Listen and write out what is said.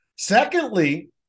Secondly